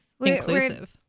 Inclusive